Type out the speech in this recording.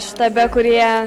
štabe kurie